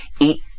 eat